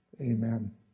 Amen